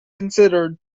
considered